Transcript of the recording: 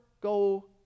go